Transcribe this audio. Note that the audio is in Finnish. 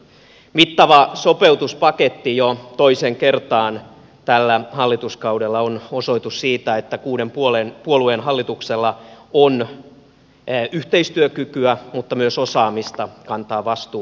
mittava sopeutuspaketti jo toiseen kertaan tällä hallituskaudella on osoitus siitä että kuuden puolueen hallituksella on yhteistyökykyä mutta myös osaamista kantaa vastuuta suomesta